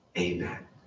Amen